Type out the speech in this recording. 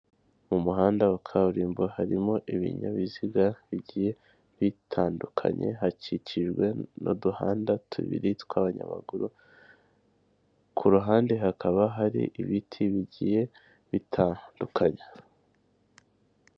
Mu muhanda wa kaburimbo harimo ibinyabiziga bigiye bitandukanye, hakikijwe n'uduhanda tubiri tw'abanyamaguru ku ruhande hakaba hari ibiti bigiye bitandukanye.